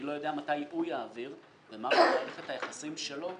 אני לא יודע מתי הוא יעביר ומה מערכת היחסים שלו.